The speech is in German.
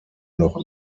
noch